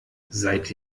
seid